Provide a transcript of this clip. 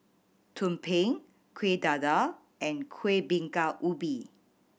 tumpeng Kueh Dadar and Kueh Bingka Ubi